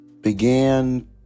began